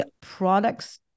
products